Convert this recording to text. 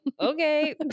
okay